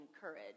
courage